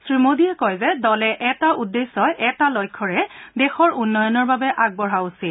শ্ৰীমোডীয়ে কয় যে দলে এটা উদ্দেশ্য এটা লক্ষ্যৰে দেশৰ উন্নয়নৰ বাবে আগবঢ়া উচিত